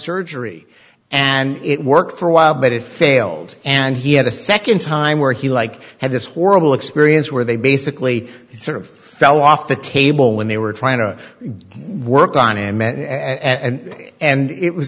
surgery and it worked for a while but it failed and he had a second time where he like had this horrible experience where they basically sort of fell off the table when they were trying to work on him and and it was